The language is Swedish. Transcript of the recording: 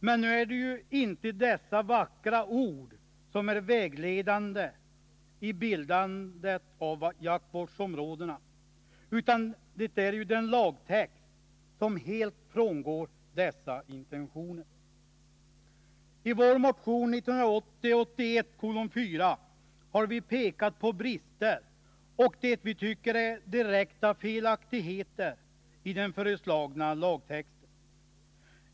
Men nu är det inte dessa vackra ord som är vägledande vid bildandet av jaktvårdsområdena, utan det är den lagtext som helt frångår dessa intentioner. I vår motion 1980/81:4 har vi pekat på brister och det vi tycker är direkta Nr 28 felaktigheter i den föreslagna lagtexten.